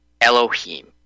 Elohim